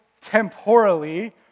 temporally